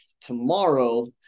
tomorrow